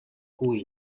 cui